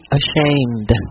ashamed